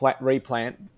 replant